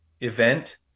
event